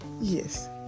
yes